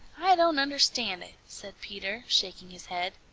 i don't understand it, said peter, shaking his head.